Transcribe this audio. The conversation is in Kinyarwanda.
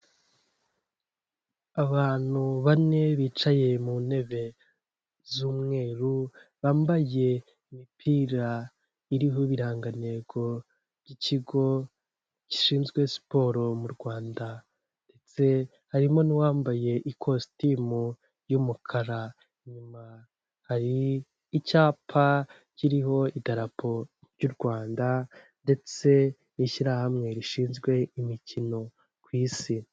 Abantu bane bicaye mu ntebe z'umweru bambaye imipira iriho ibirangantego by'ikigo gishinzwe siporo mu Rwanda, ndetse harimo n'uwambaye ikositimu y'umukara inyuma hari icyapa kiriho idarapo ry'u Rwanda ndetse n'ishyirahamwe rishinzwe imikino ku isi.